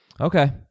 Okay